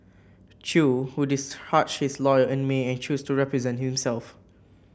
Chew who discharged his lawyer in May and chose to represent himself